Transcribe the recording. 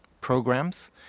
programs